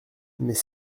mais